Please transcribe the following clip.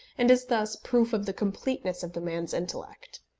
and is thus proof of the completeness of the man's intellect.